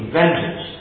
vengeance